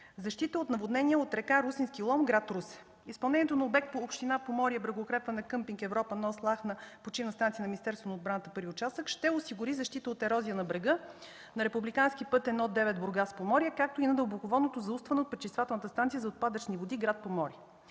Защита от наводнение от река Русенски Лом, град Русе. Изпълнението на Обект „Община Поморие – Брегоукрепване къмпинг „Европа” – нос „Лахна” – Почивна станция на Министерството на отбраната – първи участък” ще осигури защита от ерозия на брега на републикански път І-9 Бургас-Поморие, както и на дълбоководното заустване от Пречиствателната станция за отпадъчни води – град Поморие.